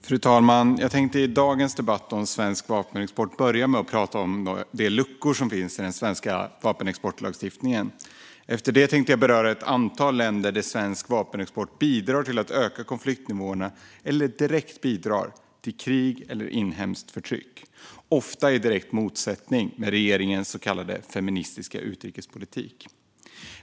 Fru talman! Jag tänkte i dagens debatt om svensk vapenexport börja med att prata om de luckor som finns i den svenska vapenexportlagstiftningen. Efter det tänkte jag beröra ett antal länder där svensk vapenexport bidrar till att öka konfliktnivåerna eller direkt bidrar till krig eller inhemskt förtryck, ofta i direkt motsättning till regeringens så kallade feministiska utrikespolitik.